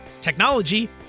technology